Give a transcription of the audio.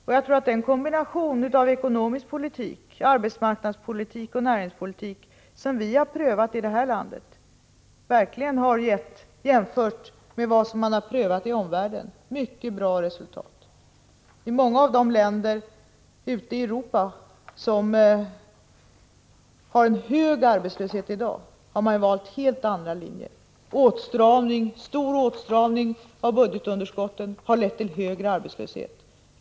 Den kombination av ekonomisk politik, arbetsmarknadspolitik och näringspolitik som vi har prövat i det här landet har verkligen gett mycket goda resultat jämfört med vad som har uppnåtts i omvärlden. I många av de länder i Europa som har hög arbetslöshet i dag har man valt helt andra linjer. Stark åtstramning av budgetunderskotten har lett till högre arbetslöshet.